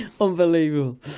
Unbelievable